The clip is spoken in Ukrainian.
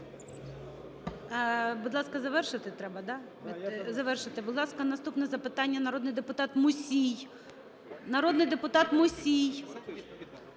Будь ласка, завершити треба, да? Завершили. Будь ласка, наступне запитання – народний депутат Мусій. Народний депутат Мусій.